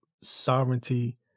sovereignty